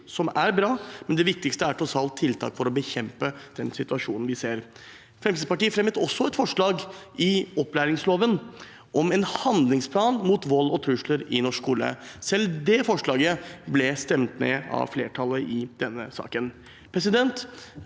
som er bra, men det viktigste er tross alt tiltak for å bekjempe den situasjonen vi ser. Fremskrittspartiet fremmet også et forslag i forbindelse med behandlingen av opplæringsloven om en handlingsplan mot vold og trusler i norsk skole. Selv det forslaget ble stemt ned av flertallet i den saken. Cirka